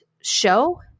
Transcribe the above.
show